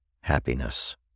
happiness